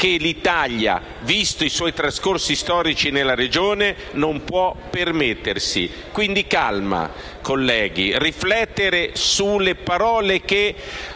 che l'Italia, visti i suoi trascorsi storici nella Regione, non può permettersi. Quindi calma, colleghi. Riflettete sulle parole che